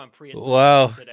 Wow